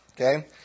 okay